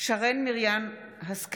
שרן מרים השכל,